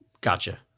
Gotcha